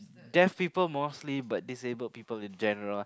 deaf people mostly but disabled people in general